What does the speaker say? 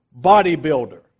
bodybuilder